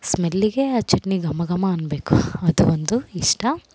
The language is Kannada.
ಸ್ಮೆಲ್ಲಿಗೇ ಆ ಚಟ್ನಿ ಘಮ ಘಮ ಅನ್ನಬೇಕು ಅದು ಒಂದು ಇಷ್ಟ